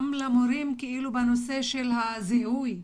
וגם למורים בנושא של הזיהוי,